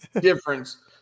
difference